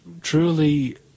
truly